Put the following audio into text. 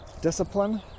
Discipline